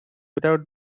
without